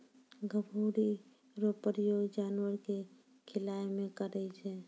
गभोरी रो प्रयोग जानवर के खिलाय मे करै छै